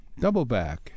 Doubleback